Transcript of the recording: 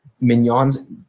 Mignon's